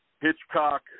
Hitchcock